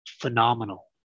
phenomenal